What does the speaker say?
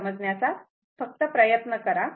हे समजण्याचा फक्त प्रयत्न करा